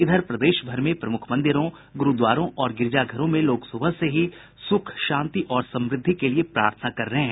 इधर प्रदेश भर में प्रमुख मंदिरों गुरूद्वारों और गिरजाघरों में लोग सुबह से ही से सुख शांति और समृद्धि के लिए प्रार्थना कर रहे हैं